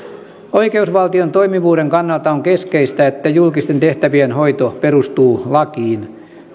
oikeusvaltion toimivuuden kannalta on keskeistä että julkisten tehtävien hoito perustuu lakiin